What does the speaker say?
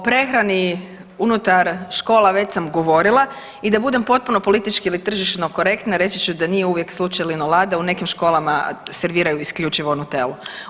O prehrani unutar škola već sam govorila i da budem potpuno politički ili tržišno korektna reći ću da nije uvijek slučaj lino lade, u nekim školama serviraju isključivo nutelu.